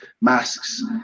masks